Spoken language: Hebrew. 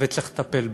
וצריך לטפל בה.